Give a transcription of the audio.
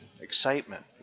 excitement